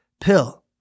pill